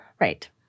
Right